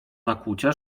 nakłucia